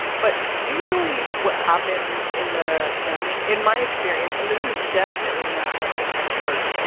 but usually what happens in the canning, in my experience, and this is definitely not like an expert.